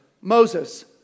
Moses